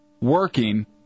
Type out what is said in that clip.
working